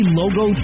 logo